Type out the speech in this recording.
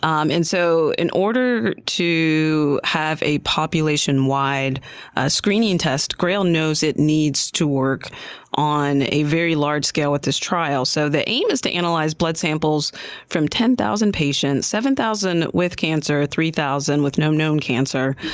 um and so in order to have a population-wide screening test, grail knows it needs to work on a very large scale with this trail. so the aim is to analyze blood samples from ten thousand patients, seven thousand with cancer and three thousand with no known cancer,